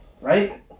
Right